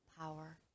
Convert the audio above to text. power